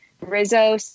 Rizzo